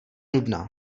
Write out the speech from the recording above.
nudná